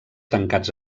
tancats